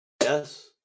yes